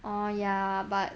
orh ya but